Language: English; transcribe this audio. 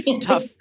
tough